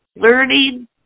Learning